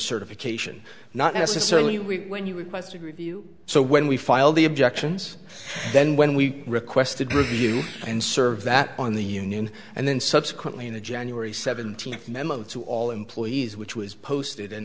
certification not necessarily we when you requested review so when we filed the objections then when we requested review and serve that on the union and then subsequently in the january seventeenth memo to all employees which was posted